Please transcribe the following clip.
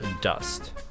dust